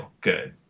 good